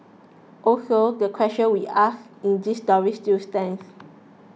also the questions we asked in this story still stands